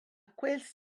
quels